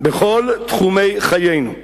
בכל תחומי חיינו,